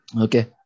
Okay